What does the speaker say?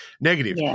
negative